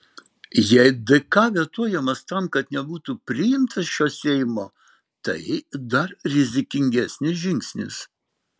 jei dk vetuojamas tam kad nebūtų priimtas šio seimo tai dar rizikingesnis žingsnis